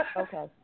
Okay